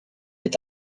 est